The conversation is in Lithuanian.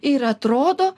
ir atrodo